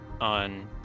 on